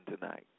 tonight